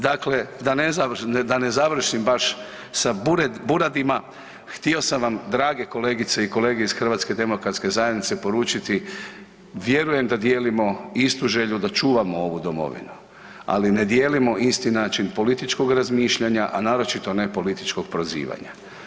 Dakle, da ne završim baš sa buradima, htio sam vam drage kolegice i kolege iz HDZ-a poručiti vjerujem da dijelimo istu želju da čuvamo ovu domovinu, ali ne dijelimo isti način političkog razmišljanja, a naročito ne političkog prozivanja.